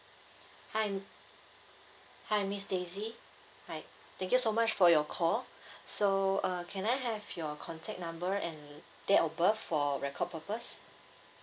hi mm hi miss daisy hi thank you so much for your call so uh can I have your contact number and date of birth for record purpose